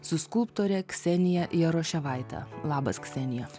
su skulptore ksenija jaroševaite labas ksenija